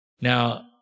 Now